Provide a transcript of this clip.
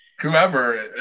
Whoever